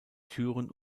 türen